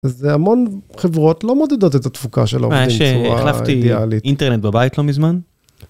זה המון... חברות... לא מודדות את התפוקה של העובדים בצורה אידיאלית. מאז שהחלפתי אינטרנט בבית לא מזמן.